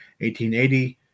1880